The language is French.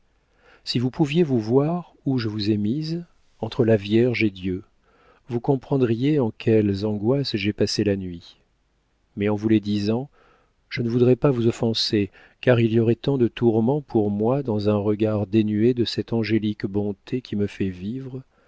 si vous pouviez vous voir où je vous ai mise entre la vierge et dieu vous comprendriez en quelles angoisses j'ai passé la nuit mais en vous les disant je ne voudrais pas vous offenser car il y aurait tant de tourments pour moi dans un regard dénué de cette angélique bonté qui me fait vivre